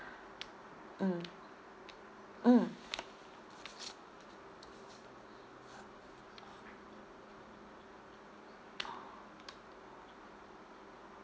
mm mm